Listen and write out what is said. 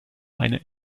eine